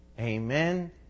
Amen